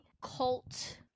cult